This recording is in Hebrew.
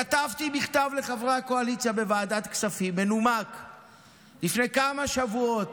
כתבתי מכתב מנומק לחברי הקואליציה בוועדת הכספים לפני כמה שבועות,